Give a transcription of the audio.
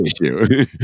issue